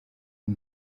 uyu